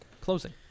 closing